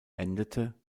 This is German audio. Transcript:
endete